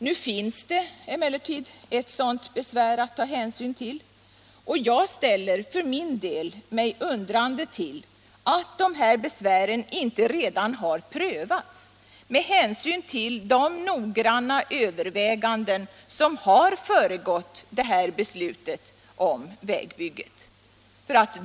Nu finns det emellertid sådana besvär att ta hänsyn till, och jag ställer mig för min del undrande till att de här besvären inte redan har prövats med hänsyn till de noggranna överväganden som har föregått beslutet om vägbygget.